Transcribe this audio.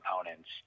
opponents